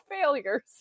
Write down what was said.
failures